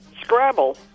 scrabble